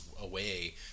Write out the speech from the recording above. away